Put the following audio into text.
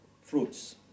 fruits